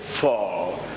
fall